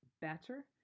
better